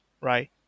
right